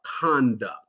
conduct